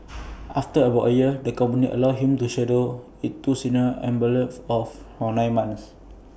after about A year the company allowed him to shadow its two senior embalmers of for nine months